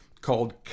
called